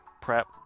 prep